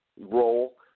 role